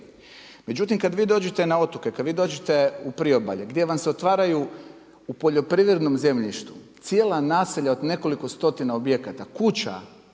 Međutim kada vi dođete na otoke, kada vi dođete u priobalje gdje vam se otvaraju u poljoprivrednom zemljištu cijela naselja od nekoliko stotina objekata, kuća,